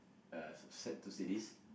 uh sad sad to say this